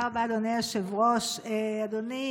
תודה רבה, אדוני היושב-ראש, אדוני